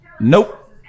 nope